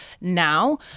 now